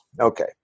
Okay